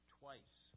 twice